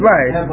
Right